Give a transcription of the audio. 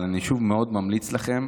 אבל שוב, אני מאוד ממליץ לכם.